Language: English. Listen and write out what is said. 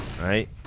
right